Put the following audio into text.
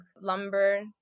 lumber